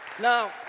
Now